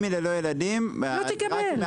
אם העובד בלי ילדים הוא יקבל מענק עבודה רק אם